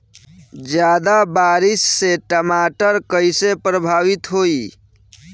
ज्यादा बारिस से टमाटर कइसे प्रभावित होयी?